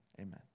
amen